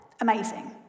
Amazing